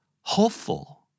Hopeful